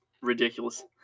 ridiculous